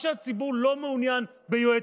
יוליה מלינובסקי,